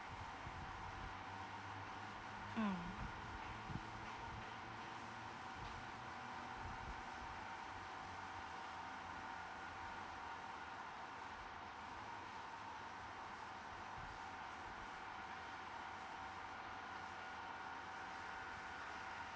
mm